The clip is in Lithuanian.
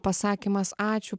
pasakymas ačiū